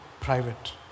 private